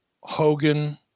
Hogan